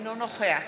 אינו נוכח